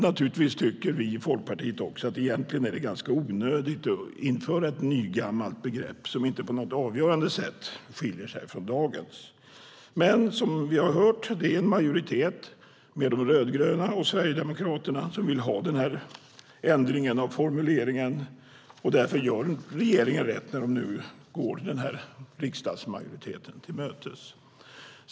Naturligtvis tycker vi i Folkpartiet att det egentligen är ganska onödigt att införa ett nygammalt begrepp som inte på något avgörande sätt skiljer sig från dagens. Men som vi har hört är det en majoritet med de rödgröna och Sverigedemokraterna som vill ha denna ändring av formuleringen, och därför gör regeringen rätt när man nu går denna riksdagsmajoritet till mötes.